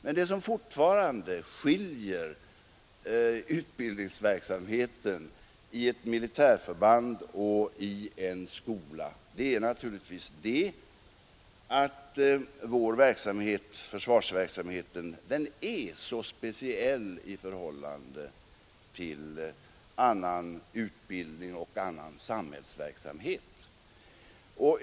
Men det som fortfarande skiljer utbildningsverksamheten i ett militärförband och i en skola beror naturligtvis på att försvarsverksamheten är så speciell i förhållande till annan utbildning och annan samhällsverksamhet.